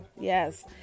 yes